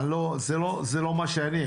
זה לא מה שאני.